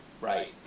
Right